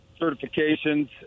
certifications